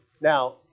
Now